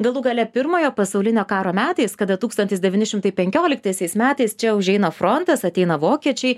galų gale pirmojo pasaulinio karo metais kada tūkstantis devyni šimtai penkioliktaisiais metais čia užeina frontas ateina vokiečiai